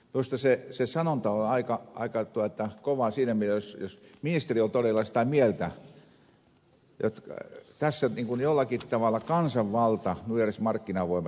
minusta se sanonta on aika kova siinä mielessä jos ministeri on todella sitä mieltä jotta tässä jollakin tavalla kansanvalta nujersi markkinavoimat